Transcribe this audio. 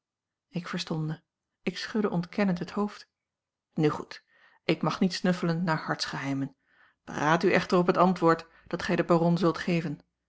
ik verstomde ik schudde ontkennend het hoofd nu goed ik mag niet snuffelen naar hartsgeheimen beraad u echter op het antwoord dat gij den baron zult geven